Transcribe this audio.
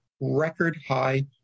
record-high